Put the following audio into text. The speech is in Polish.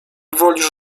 wolisz